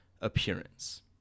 appearance